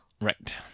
Right